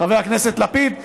חבר הכנסת לפיד.